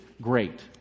great